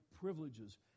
privileges